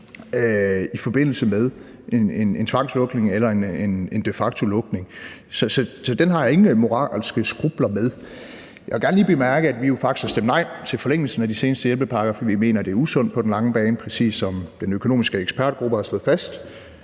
i forbindelse med en tvangslukning eller en de facto-lukning. Så det har jeg ingen moralske skrupler med. Jeg vil gerne lige bemærke, at vi jo faktisk har stemt nej til forlængelsen af de seneste hjælpepakker, fordi vi mener, det er usundt på den lange bane, præcis som den økonomiske ekspertgruppe har slået fast.